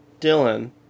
Dylan